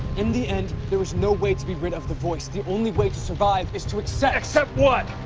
in the end, there is no way to be rid of the voice. the only way to survive is to accept. accept what?